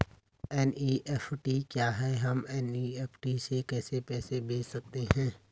NEFT क्या है हम एन.ई.एफ.टी से कैसे पैसे भेज सकते हैं?